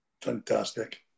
Fantastic